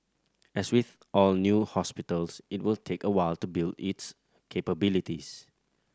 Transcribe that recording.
as with all new hospitals it will take a while to build its capabilities